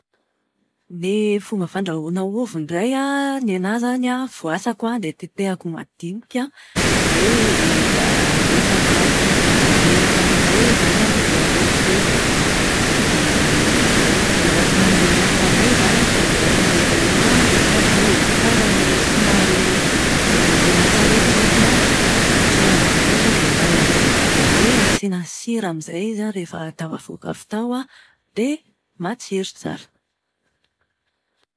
Ny fomba fandrahoana ovy indray an, ny anahy izany an voasako an dia tetehako madinika. Dia alefa anaty menaka mahamay izany an, dia atao frity. Dia izay. Endasina amin'ny menaka mahamay izy izany an, andrasana elaela ao an. Rehefa mendy tsara ilay somary menamena tsara iny ny lokony an, dia tsoahina amin'izay sao dia may indray. Dia asiana sira amin'izay izy rehefa tafavoaka avy tao dia matsiro tsara!